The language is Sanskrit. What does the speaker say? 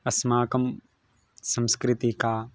अस्माकं संस्कृतिः का